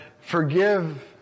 Forgive